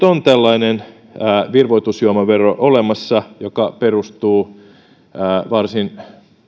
on nyt virvoitusjuomavero olemassa joka perustuu varsin